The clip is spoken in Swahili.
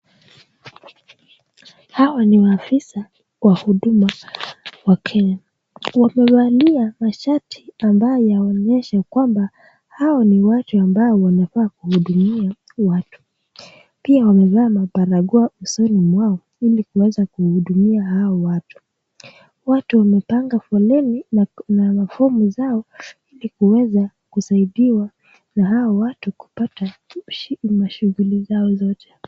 Hawa ni afisa wa huduma wa Kenya wamevalia mashati ambayo yanaonyesha kwamba hawa ni watu ambao wanafaa kuhudumia watu pia wamevaa mabarakoa usoni mwao ili kuweza kuhudumia hawa watu . Watu wamepanga foleni na mafomu zao ili kuweza kusaidiwa na hawa watu kupata mashughuli zao zote.